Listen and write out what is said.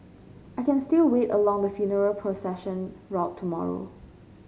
I can still wait along the funeral procession route tomorrow